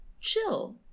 chill